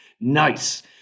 Nice